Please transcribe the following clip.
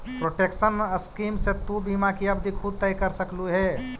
protection scheme से तु बीमा की अवधि खुद तय कर सकलू हे